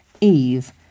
Eve